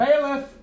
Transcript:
Bailiff